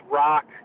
rock